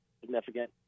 significant